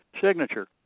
signature